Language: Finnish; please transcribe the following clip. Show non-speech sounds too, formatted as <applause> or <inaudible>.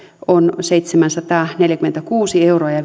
on seitsemänsataaneljäkymmentäkuusi euroa ja <unintelligible>